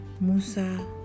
Musa